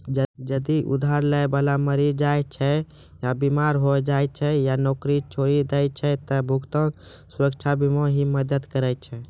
जदि उधार लै बाला मरि जाय छै या बीमार होय जाय छै या नौकरी छोड़ि दै छै त भुगतान सुरक्षा बीमा ही मदद करै छै